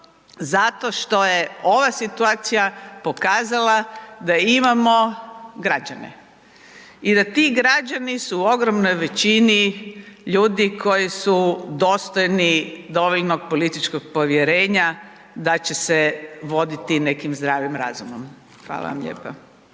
zato što je ova situacija pokazala da imamo građane. I da ti građani su u ogromnoj većini ljudi koji su dostojni dovoljnog političkog povjerenja da će se voditi nekim zdravim razumom. Hvala vam lijepa.